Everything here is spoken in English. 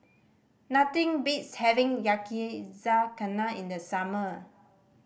nothing beats having Yakizakana in the summer